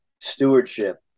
stewardship